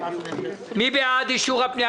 מי בעד אישור הפניות?